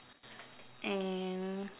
and